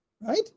Right